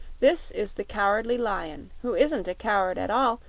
this is the cowardly lion, who isn't a coward at all,